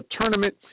tournament